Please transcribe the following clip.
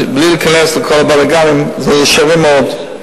בלי להיכנס לכל הבלגנים, הם ישרים מאוד,